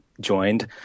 joined